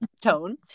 tone